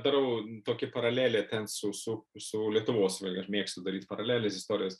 darau tokį paralelę ten su su su lietuvos aš mėgstu daryt paraleles istorijos